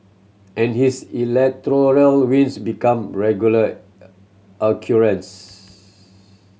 and his electoral wins become regular occurrence